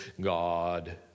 God